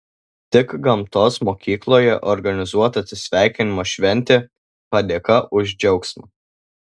tik gamtos mokykloje organizuota atsisveikinimo šventė padėka už džiaugsmą